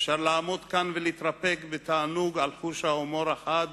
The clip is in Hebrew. אפשר לעמוד כאן ולהתרפק בתענוג על חוש ההומור החד